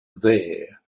there